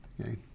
Okay